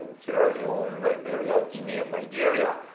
sierra leone, liberia, guinea, and nigeria,